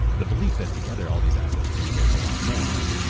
the belief that together all these assets can be worth a lot more.